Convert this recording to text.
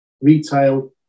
retail